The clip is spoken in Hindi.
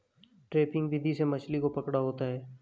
ट्रैपिंग विधि से मछली को पकड़ा होता है